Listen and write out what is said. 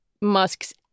Musk's